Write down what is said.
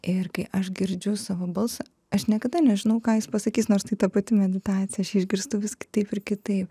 ir kai aš girdžiu savo balsą aš niekada nežinau ką jis pasakys nors tai ta pati meditacija aš išgirstu viską taip ir kitaip